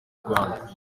rwanda